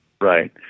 Right